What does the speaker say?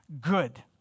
good